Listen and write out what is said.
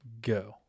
go